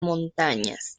montañas